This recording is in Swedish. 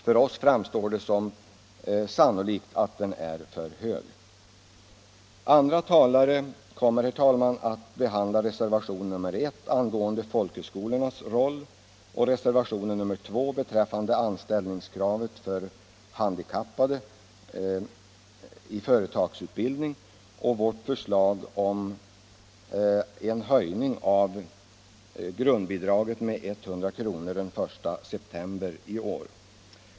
För oss framstår det som sannolikt att den är för hög. Andra talare kommer, herr talman, att behandla reservationen 1 angående folkhögskolornas roll, reservationen 2 beträffande anställningskravet för handikappade i företagsutbildning och vårt förslag om höjning av grundbidraget med 100 kr. den 1 september i år.